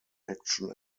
action